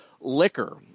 Liquor